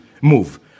move